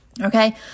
Okay